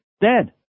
dead